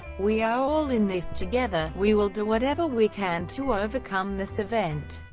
we are all in this together, we will do whatever we can to overcome this event,